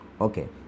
Okay